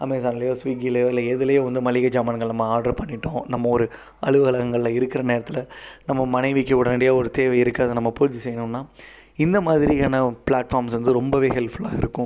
அமேசான்லையோ ஸ்விக்கிலையோ இல்லை எதுலியோ வந்து மளிகை சாமான்கள நம்ம ஆர்டர் பண்ணிட்டோம் நம்ம ஒரு அலுவலங்களில் இருக்கிற நேரத்தில் நம்ம மனைவிக்கு உடனடியாக ஒரு தேவை இருக்கு அதை நம்ம பூர்த்தி செய்யணும்னால் இந்த மாதிரியான ப்ளாட்ஃபார்ம்ஸ் வந்து ரொம்பவே ஹெல்ப்ஃபுல்லாக இருக்கும்